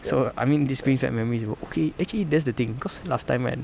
so I mean this brings back memories bro okay actually that's the thing because last time right